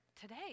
today